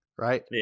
Right